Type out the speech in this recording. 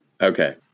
Okay